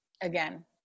again